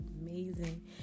amazing